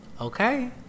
Okay